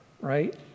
right